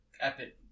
epic